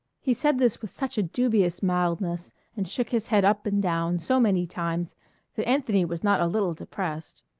he said this with such a dubious mildness and shook his head up and down so many times that anthony was not a little depressed.